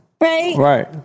Right